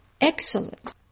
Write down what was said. excellent